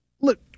Look